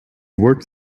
worked